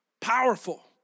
powerful